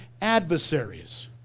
adversaries